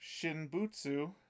Shinbutsu